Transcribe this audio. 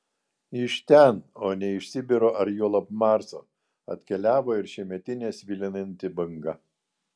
iš ten o ne iš sibiro ar juolab marso atkeliavo ir šiemetinė svilinanti banga